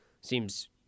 seems